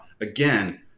Again